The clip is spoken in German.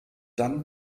dann